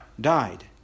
died